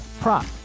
prop